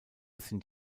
sind